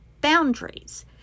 boundaries